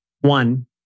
one